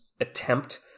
attempt